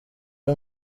bwe